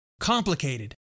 complicated